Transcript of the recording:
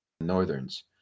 northerns